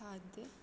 खाद्य